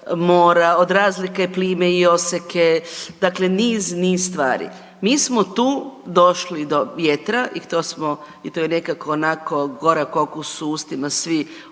mora, od razlike plime i oseke dakle niz, niz stvari, mi smo tu došli do vjetra i to je nekako onako gorak okus u ustima svi